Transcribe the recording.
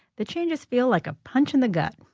the changes feel like a punch in the gut.